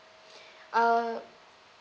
uh